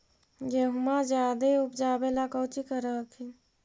गेहुमा जायदे उपजाबे ला कौची कर हखिन?